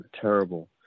terrible